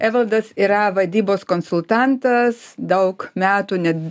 evaldas yra vadybos konsultantas daug metų net